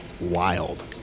wild